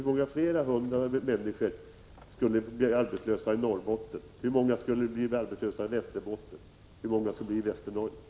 Hur många fler procent arbetslösa skulle det bli i Norrbotten, Västerbotten och Västernorrland?